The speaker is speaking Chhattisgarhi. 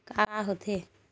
का होथे?